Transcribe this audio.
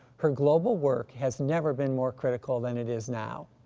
her global work has never been more critical than it is now.